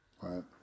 right